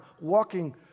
walking